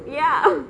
ya